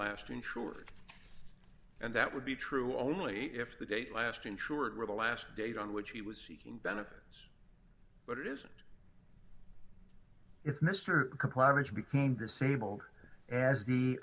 last insured and that would be true only if the date last ensured were the last date on which he was seeking benefits but it isn't if mr claridge became disabled as the